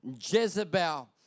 Jezebel